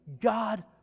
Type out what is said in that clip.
God